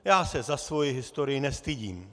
Já se za svoji historii nestydím.